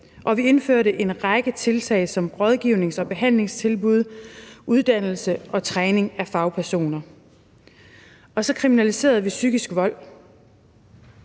og vi indførte en række tiltag som rådgivnings- og behandlingstilbud og uddannelse og træning af fagpersoner, og så kriminaliserede vi psykisk vold,